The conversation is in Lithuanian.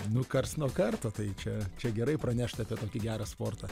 nu karts nuo karto tai čia čia gerai pranešt apie tokį gerą sportą